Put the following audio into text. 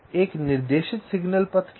एक निर्देशित सिग्नल पथ क्या है